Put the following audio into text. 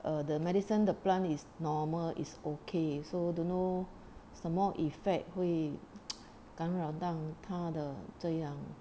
err the medicine the plant is normal is okay so don't know 什么 effect 会干扰到他的这样